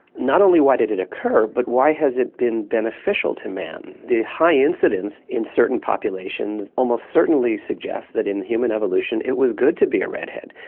not only why did it occur but why has it been beneficial to man. the high incidence in certain populations almost certainly suggests that in human evolution it was good to be a redhead.